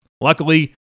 Luckily